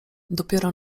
dopiero